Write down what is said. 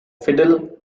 fiddle